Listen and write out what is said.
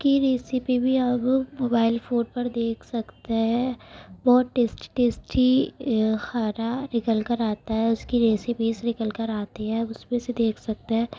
کی ریسپی بھی اب موبائل فون پر دیکھ سکتے ہیں بہت ٹیسٹی ٹیسٹی کھانا نکل کر آتا ہے اس کی ریسپیز سے نکل کر آتی ہے اس میں سے دیکھ سکتے ہیں